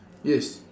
yes